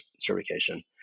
certification